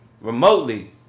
remotely